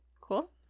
Cool